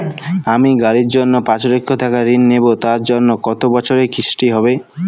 আমি গাড়ির জন্য পাঁচ লক্ষ টাকা ঋণ নেবো তার জন্য কতো বছরের কিস্তি হবে?